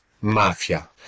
mafia